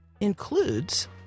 includes